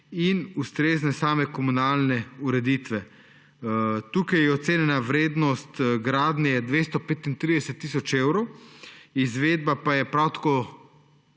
in ustrezne same komunalne ureditve. Tukaj je ocenjena vrednost gradnje 235 tisoč evrov, izvedba pa je prav tako